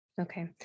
Okay